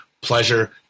pleasure